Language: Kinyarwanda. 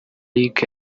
luc